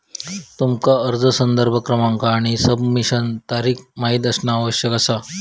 तुमका अर्ज संदर्भ क्रमांक आणि सबमिशनचा तारीख माहित असणा आवश्यक असा